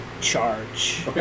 charge